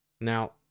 Now